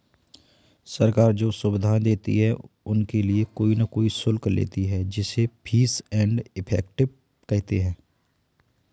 सरकार जो सुविधाएं देती है उनके लिए कोई न कोई शुल्क लेती है जिसे फीस एंड इफेक्टिव कहते हैं